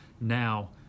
now